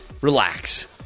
relax